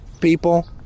people